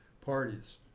parties